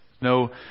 No